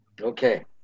Okay